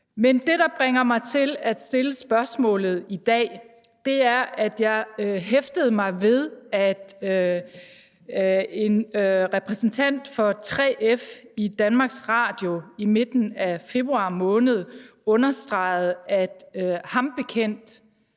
Men det, der får mig til at stille spørgsmålet i dag, er, at jeg hæftede mig ved, at en repræsentant for 3F i Danmarks Radio i midten af februar måned understregede, at ham bekendt